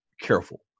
careful